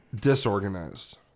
disorganized